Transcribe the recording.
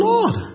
Lord